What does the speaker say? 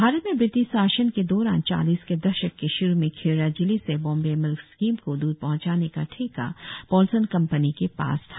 भारत में ब्रिटिश शासन के दौरान चालीस के दशक के श्रू में खेड़ा जिले से बॉम्बे मिल्क स्कीम को द्रध पहंचाने का ठेका पोलसन कंपनी के पास था